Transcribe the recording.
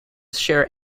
share